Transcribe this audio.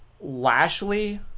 Lashley